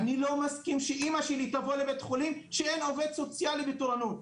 אני לא מסכים שאמא שלי תבוא לבית חולים כשאין עובד סוציאלי בתורנות,